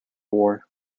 war